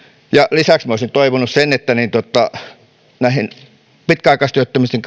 lisäksi olisin toivonut että pitkäaikaistyöttömyyden